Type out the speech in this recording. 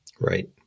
Right